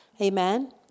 Amen